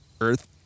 earth